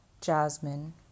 Jasmine